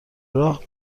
راه